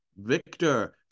Victor